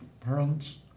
parents